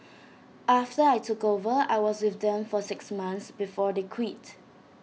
after I took over I was with them for six months before they quit